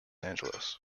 angeles